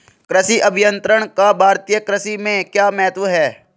कृषि अभियंत्रण का भारतीय कृषि में क्या महत्व है?